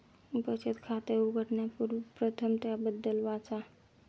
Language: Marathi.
बचत खाते उघडण्यापूर्वी प्रथम त्याबद्दल वाचा